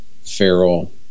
feral